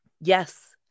Yes